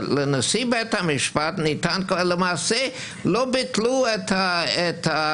שופטי העליון, אבל לא ביטלו את זה,